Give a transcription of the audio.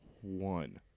one